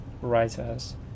writers